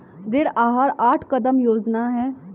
ऋण आहार आठ कदम योजना है